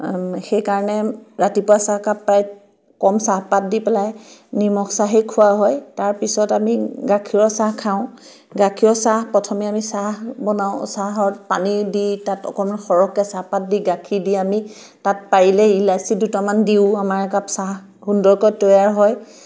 সেইকাৰণে ৰাতিপুৱা চাহকাপ প্ৰায় কম চাহপাত দি পেলাই নিমখ চাহেই খোৱা হয় তাৰপিছত আমি গাখীৰৰ চাহ খাওঁ গাখীৰৰ চাহ প্ৰথমে আমি চাহ বনাওঁ চাহত পানী দি তাত অকণমান সৰহকেৈ চাহপাত দি গাখীৰ দি আমি তাত পাৰিলে ইলাচি দুটামান দিওঁ আমাৰ একাপ চাহ সুন্দৰকৈ তৈয়াৰ হয়